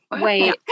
Wait